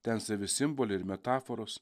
ten savi simboliai ir metaforos